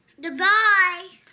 Goodbye